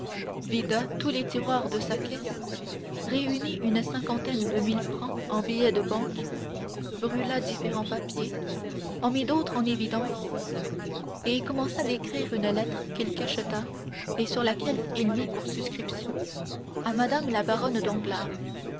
vida tous les tiroirs de sa caisse réunit une cinquantaine de mille francs en billets de banque brûla différents papiers en mit d'autres en évidence et commença d'écrire une lettre qu'il cacheta et sur laquelle il mit pour suscription à madame la baronne